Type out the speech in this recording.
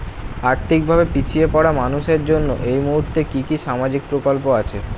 আর্থিক ভাবে পিছিয়ে পড়া মানুষের জন্য এই মুহূর্তে কি কি সামাজিক প্রকল্প আছে?